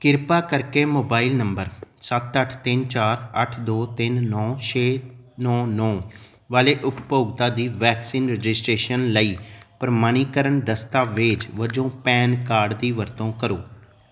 ਕਿਰਪਾ ਕਰਕੇ mobile number ਸੱਤ ਅੱਠ ਤਿੰਨ ਚਾਰ ਅੱਠ ਦੋ ਤਿੰਨ ਨੌਂ ਛੇ ਨੌਂ ਨੌਂ ਵਾਲੇ ਉਪਭੋਗਤਾ ਦੀ ਵੈਕਸੀਨ ਰਜਿਸਟ੍ਰੇਸ਼ਨ ਲਈ ਪ੍ਰਮਾਣੀਕਰਨ ਦਸਤਾਵੇਜ਼ ਵਜੋਂ ਪੈਨ ਕਾਰਡ ਦੀ ਵਰਤੋਂ ਕਰੋ